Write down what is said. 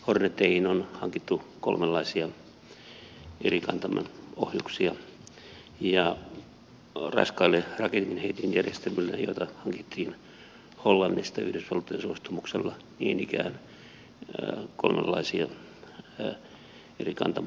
horneteihin on hankittu kolmenlaisia eri kantaman ohjuksia ja raskaille raketinheitinjärjestelmille joita hankittiin hollannista yhdysvaltojen suostumuksella niin ikään kolmenlaisia eri kantaman ohjuksia